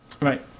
Right